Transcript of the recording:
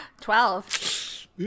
Twelve